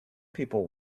people